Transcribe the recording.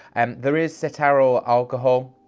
and there is cetearyl alcohol.